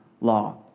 law